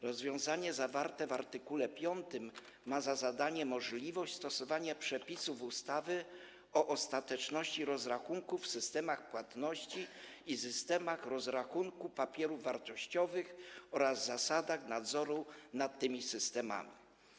Rozwiązanie zawarte w art. 5 ma za zadanie umożliwić stosowanie przepisów ustawy o ostateczności rozrachunku w systemach płatności i systemach rozrachunku papierów wartościowych oraz zasadach nadzoru nad tymi systemami.